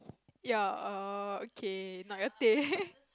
ya err okay not your thing